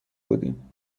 بودیم